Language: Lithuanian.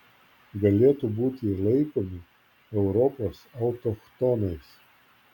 galėtų būti laikomi europos autochtonais